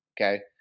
okay